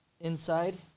inside